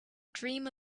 dream